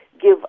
give